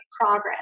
progress